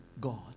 God